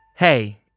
Hey